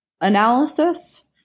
analysis